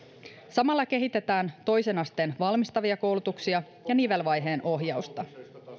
samalla kehitetään toisen asteen valmistavia koulutuksia ja nivelvaiheen ohjausta